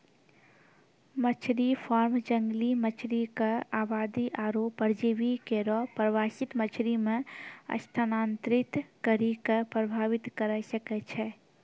मछरी फार्म जंगली मछरी क आबादी आरु परजीवी केरो प्रवासित मछरी म स्थानांतरित करि कॅ प्रभावित करे सकै छै